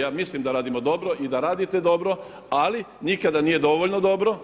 Ja mislim da radimo dobro i da radite dobro, ali nikada nije dovoljno dobro,